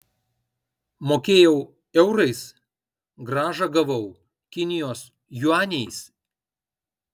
mokėjau eurais grąžą gavau kinijos juaniais